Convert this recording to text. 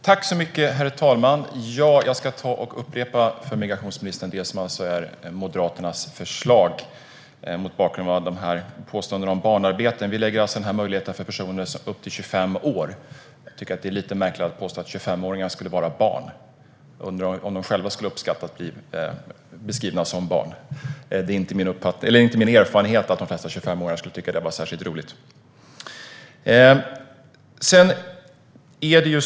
Herr talman! Jag ska upprepa Moderaternas förslag för migrationsministern, mot bakgrund av påståendena om barnarbete: Vi föreslår alltså denna möjlighet för personer upp till 25 år. Jag tycker att det är lite märkligt att påstå att 25-åringar skulle vara barn. Jag undrar om de själva skulle uppskatta att bli beskrivna så. Min erfarenhet är att de flesta 25-åringar inte skulle tycka att det var särskilt roligt.